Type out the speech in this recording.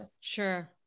Sure